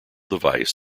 device